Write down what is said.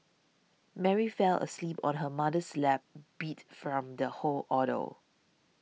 Mary fell asleep on her mother's lap beat from the whole ordeal